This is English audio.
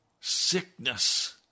sickness